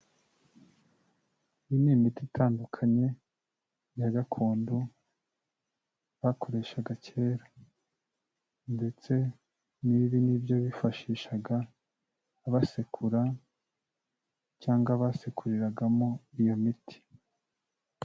Iyi ni imiti itandukanye ya gakondo, bakoreshaga kera ndetse n'ibi ni ibyo bifashishaga basekura cyangwa basekuriragamo iyo miti.